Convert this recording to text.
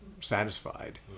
satisfied